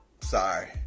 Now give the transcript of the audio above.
Sorry